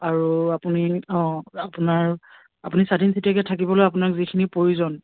আৰু আপুনি অঁ আপোনাৰ আপুনি স্বাধীন চিতিয়াকৈ থাকিবলৈ আপোনাক যিখিনিৰ প্ৰয়োজন